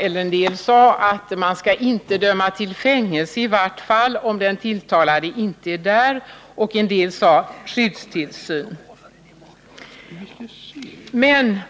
En del sade att man i vart fall inte skall döma till fängelse, och en del sade att man inte skall döma till skyddstillsyn, om den tilltalade inte är närvarande.